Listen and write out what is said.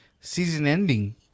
season-ending